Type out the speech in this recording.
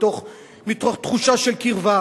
מתוך תחושה של קרבה.